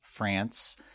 France